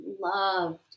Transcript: loved